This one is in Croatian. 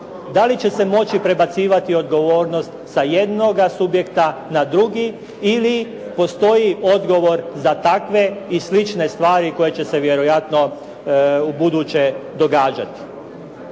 da li će se moći prebacivati odgovornost sa jednoga subjekta na drugi. Ili postoji odgovor za takve i slične stvari koje će se vjerojatno u buduće događati.